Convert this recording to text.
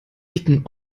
dicken